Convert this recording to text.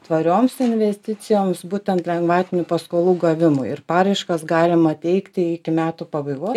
tvarioms investicijoms būtent lengvatinių paskolų gavimui ir paraiškas galima teikti iki metų pabaigos